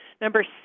Number